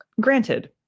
granted